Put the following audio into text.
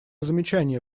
замечания